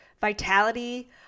vitality